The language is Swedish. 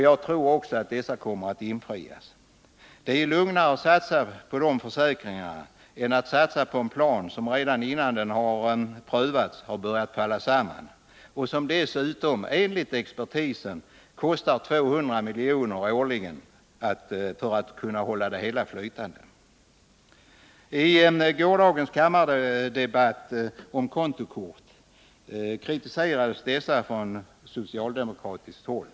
Jag tror också att dessa kommer att infrias. Det är lugnare att satsa på de försäkringarna än att satsa på en plan som redan innan den har prövats har börjat falla samman och som dessutom enligt expertisen kostar 200 miljoner årligen för att det hela skall kunna hållas flytande. I gårdagens kammardebatt om kontokort kritiserades dessa från socialdemokratiskt håll.